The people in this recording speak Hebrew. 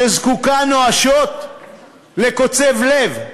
שזקוקה נואשות לקוצב לב,